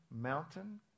mountain